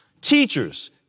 Teachers